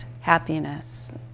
happiness